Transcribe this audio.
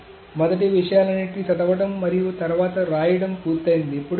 కాబట్టి మొదట ఈ విషయాలన్నింటినీ చదవడం మరియు తర్వాత వ్రాయడం పూర్తయింది